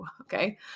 okay